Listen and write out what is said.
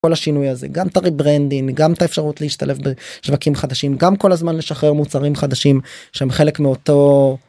כל השינוי הזה, גם את ה-Re-Branding, גם את האפשרות להשתלב בשווקים חדשים, גם כל הזמן לשחרר מוצרים חדשים שהם חלק מאותו